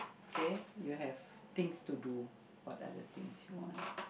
K you have things to do what are the things you want